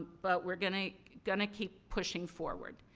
but we're gonna gonna keep pushing forward.